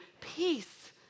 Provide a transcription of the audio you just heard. peace